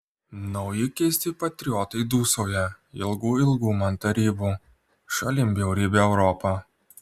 nauji keisti patriotai dūsauja ilgu ilgu man tarybų šalin bjaurybę europą